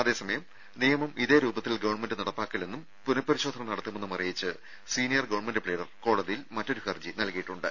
അതേസമയം നിയമം ഇതേരൂപത്തിൽ ഗവൺമെന്റ് നടപ്പാക്കില്ലെന്നും പുനപരിശോധന നടത്തുമെന്നും അറയിച്ച് സീനിയർ ഗവൺമെന്റ് പ്ലീഡർ കോടതിയിൽ മറ്റൊരു ഹർജി നൽകിയിട്ടുണ്ട്